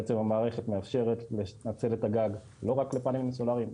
בעצם המערכת מאפשרת לנצל את הגג לא רק לפאנלים סולאריים,